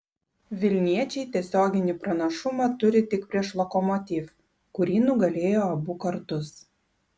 vilniečiai tiesioginį pranašumą turi tik prieš lokomotiv kurį nugalėjo abu kartus